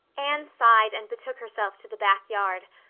anne sighed and betook herself to the back yard,